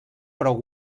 prou